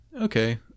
Okay